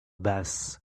basse